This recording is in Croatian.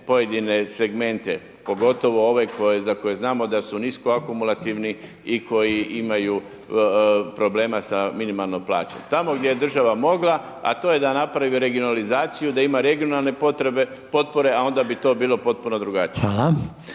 pojedine segmente, pogotovo ove koje, za koje znamo da su nisko akumulativni i koji imaju problema sa minimalnom plaćom. Tamo gdje je država mogla, a to je da napravi regionalizaciju, da ima regionalne potrebe, potpore, a onda bi to bilo potpuno drugačija.